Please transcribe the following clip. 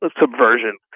subversion